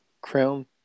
Crown